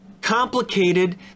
complicated